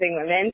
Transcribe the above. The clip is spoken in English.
women